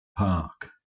park